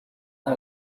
par